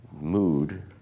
mood